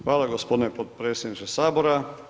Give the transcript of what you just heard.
Hvala gospodine potpredsjedniče Sabora.